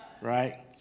right